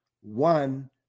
one